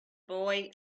boy